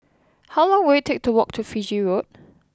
how long will it take to walk to Fiji Road